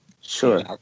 Sure